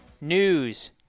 News